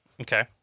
Okay